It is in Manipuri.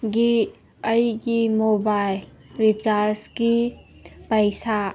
ꯒꯤ ꯑꯩꯒꯤ ꯃꯣꯕꯥꯏꯜ ꯔꯤꯆꯥꯔꯖꯀꯤ ꯄꯩꯁꯥ